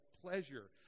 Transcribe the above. pleasure